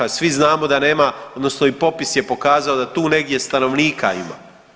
Svi znamo da nema, odnosno i popis je pokazao da tu negdje stanovnika ima.